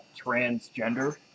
transgender